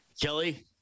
Kelly